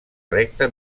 recta